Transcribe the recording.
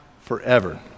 forever